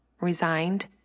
resigned